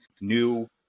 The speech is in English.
new